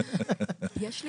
יש לי